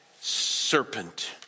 Serpent